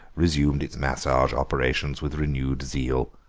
resumed its massage operations with renewed zeal.